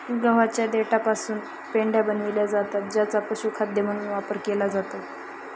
गव्हाच्या देठापासून पेंढ्या बनविल्या जातात ज्यांचा पशुखाद्य म्हणून वापर केला जातो